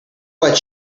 what